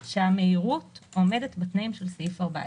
והמהירות עומדת בתנאים של סעיף 14.